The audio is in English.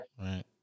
Right